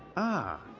ah,